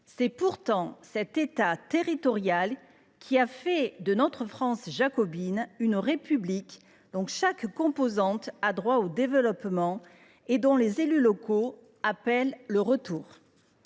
C’est pourtant cet État territorial qui a fait de la France jacobine une République dont chaque composante a droit au développement et dont les élus locaux appellent le retour.